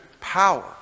power